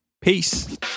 Peace